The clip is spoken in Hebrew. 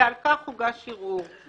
ועל כך הוגש ערעור.